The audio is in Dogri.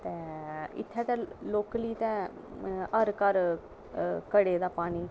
ते इत्थें ई लोकल ई ते हर घर घड़े दा पानी